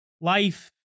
life